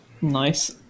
Nice